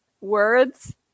words